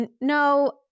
no